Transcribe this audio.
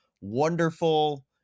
wonderful